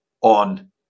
on